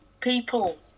people